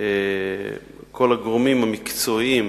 כל הגורמים המקצועיים